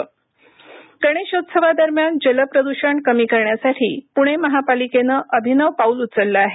मर्तीदान गणेशोत्सवादरम्यान जलप्रदूषण कमी करण्यासाठी पुणे महापालिकेनं अभिनव पाऊल उचललं आहे